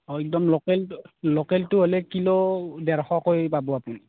অঁ একদম লোকেলটো লোকেলটো হ'লে কিলো ডেৰশকৈ পাব আপুনি